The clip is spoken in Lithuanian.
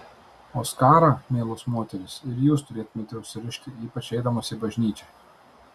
o skarą mielos moterys ir jūs turėtumėte užsirišti ypač eidamos į bažnyčią